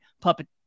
puppet